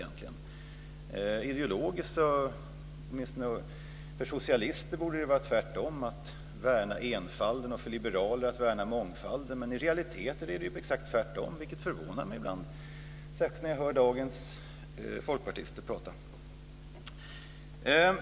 Ideologiskt borde det åtminstone för socialister vara tvärtom, att värna enfalden, och för liberaler att värna mångfalden. Men i realiteten är det tvärtom, vilket förvånar mig ibland, särskilt när jag hör dagens folkpartister tala.